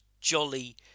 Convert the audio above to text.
jolly